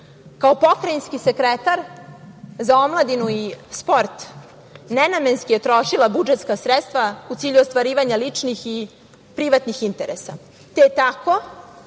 pokrajinski sekretar za omladinu i sport nenamenski je trošila budžetska sredstva u cilju ostvarivanja ličnih i privatnih interesa,